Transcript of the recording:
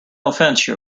offense